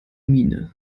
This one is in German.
miene